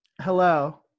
hello